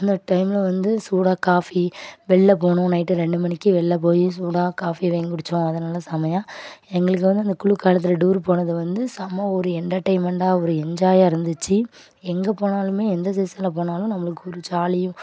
அந்த டைமில் வந்து சூடாக காஃபி வெளில் போனோம் நைட்டு ரெண்டு மணிக்கு வெளில போய் சூடாக காஃபி வாங்கி குடித்தோம் அதை நல்ல செமையாக எங்களுக்கு வந்து அந்த குளிர் காலத்தில் டூரு போனது வந்து செமை ஒரு எண்டெர்டைன்மெண்டாக ஒரு என்ஜாயாக இருந்துச்சு எங்கே போனாலும் எந்த சீசனில் போனாலும் நம்மளுக்கு ஒரு ஜாலியும்